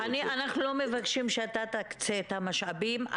אנחנו לא מבקשים שאתה תקצה את המשאבים.